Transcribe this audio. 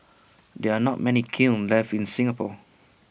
there are not many kilns left in Singapore